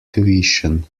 tuition